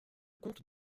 comte